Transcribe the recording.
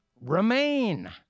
Remain